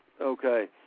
Okay